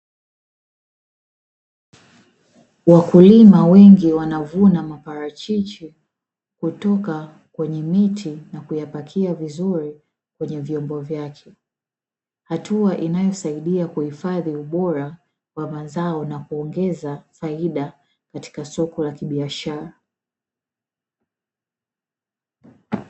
Wakulima wengi wanavuna maparachichi, kutoka kwenye miti na kuyapakia vizuri kwenye vyombo vyake. Hatua inayosaidia kuhifadhi ubora wa mazao, na kuongeza faida katika soko la kibiashara.